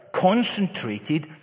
concentrated